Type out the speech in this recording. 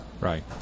Right